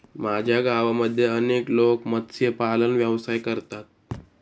माझ्या गावामध्ये अनेक लोक मत्स्यपालन व्यवसाय करतात